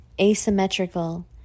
asymmetrical